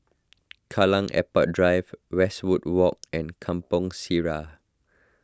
Kallang Airport Drive Westwood Walk and Kampong Sireh